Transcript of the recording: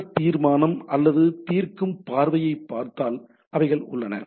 S தீர்மானம் அல்லது தீர்க்கும் பார்வையைப் பார்த்தால் அவை உள்ளன